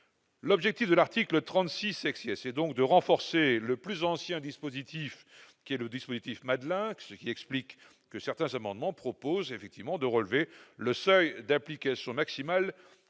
L'objectif de l'article 39 est donc de renforcer le plus ancien dispositif, le dispositif Madelin, ce qui explique que certains amendements tendent à relever le seuil d'application maximal